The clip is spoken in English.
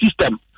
system